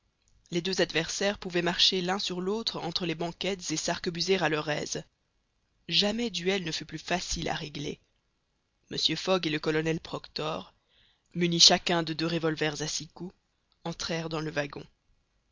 les deux adversaires pouvaient marcher l'un sur l'autre entre les banquettes et s'arquebuser à leur aise jamais duel ne fut plus facile à régler mr fogg et le colonel proctor munis chacun de deux revolvers à six coups entrèrent dans le wagon